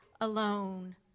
alone